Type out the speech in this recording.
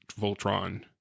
Voltron